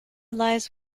lies